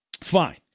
Fine